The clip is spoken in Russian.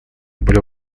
были